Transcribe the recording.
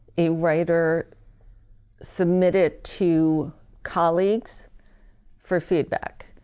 a writer submit it to colleagues for feedback.